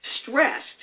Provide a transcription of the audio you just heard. stressed